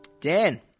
Dan